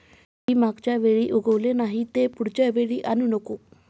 जे बी मागच्या वेळी उगवले नाही, ते पुढच्या वेळी आणू नको